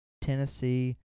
Tennessee